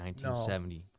1970